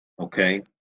okay